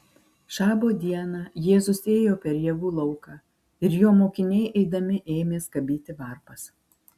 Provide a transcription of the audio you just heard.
šabo dieną jėzus ėjo per javų lauką ir jo mokiniai eidami ėmė skabyti varpas